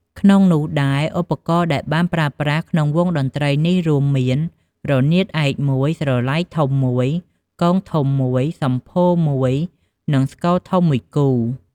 ក្នុងនោះដែរឧបករណ៍រដែលបានប្រើប្រាស់ក្នុងវង់តន្ត្រីនេះរួមមាន រនាតឯក១ ស្រឡៃធំ១ គងធំ១ សម្ភោរ១ និងស្គរធំ១គូ។